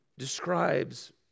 describes